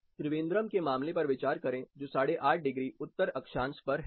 त्रिवेंद्रम के मामले पर विचार करें जो 85 डिग्री उत्तर अक्षांश पर है